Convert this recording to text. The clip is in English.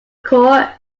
court